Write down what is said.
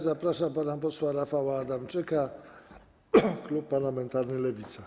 Zapraszam pana posła Rafała Adamczyka, klub parlamentarny Lewica.